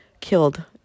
killed